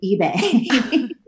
eBay